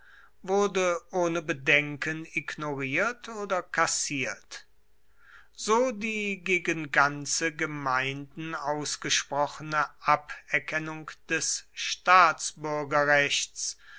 wurde ohne bedenken ignoriert oder kassiert so die gegen ganze gemeinden ausgesprochene aberkennung des staatsbürgerrechts